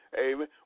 Amen